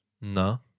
No